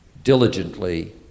diligently